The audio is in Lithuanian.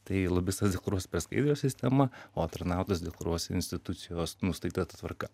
tai lobistas deklaruos per skaidriaus sistemą o tarnautojas deklaruos institucijos nustatyta tvarka